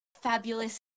Fabulous